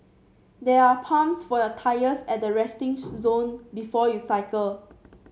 there are pumps for your tyres at the resting zone before you cycle